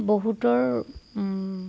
বহুতৰ